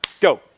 Go